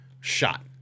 shot